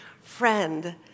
friend